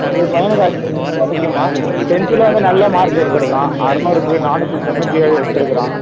பையனுக்கு அட்மிஷன் கிடைக்குமா டென்த்தில வந்து நல்ல மார்க் எடுத்து இருக்கான் ஆறனுருக்கு நாண்ணுதிதொன்னுத்திஏழு எடுத்து இருக்கான்